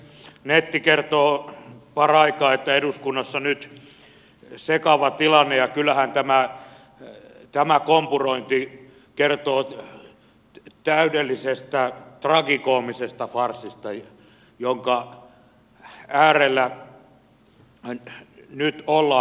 netti kertoo paraikaa että eduskunnassa on nyt sekava tilanne ja kyllähän tämä kompurointi kertoo täydellisestä tragikoomisesta farssista jonka äärellä nyt ollaan